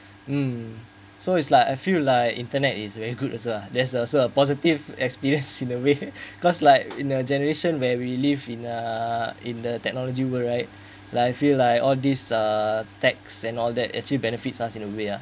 mm so it's like I feel like internet is very good also uh there's also a positive experience in a way cause like in our generation where we live in uh in the technology world right like I feel like all these uh tech and all that actually benefits us in a way uh